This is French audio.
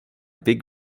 big